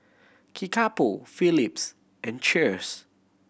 Kickapoo Phillips and Cheers